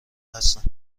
هستند